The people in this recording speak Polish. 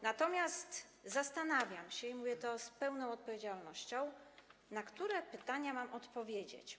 Natomiast zastanawiam się, i mówię to z pełną odpowiedzialnością, na które pytania mam odpowiedzieć.